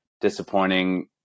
disappointing